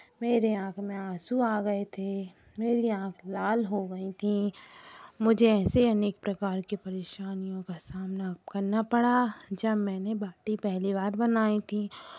मेरे आँख में आंसू आ गए थे मेरे आँख लाल हो गई थी मुझे ऐसे अनेक प्रकार के परेशानियों का सामना करना पड़ा जब मैंने बाटी पहली बार बनाई थी